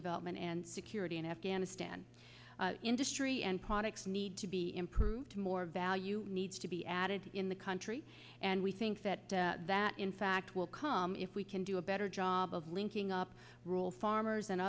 development and security in afghanistan industry and products need to be improved more value needs to be added in the country and we think that that in fact will come if we can do a better job of linking up rule farmers and